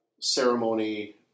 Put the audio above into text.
ceremony